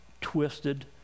twisted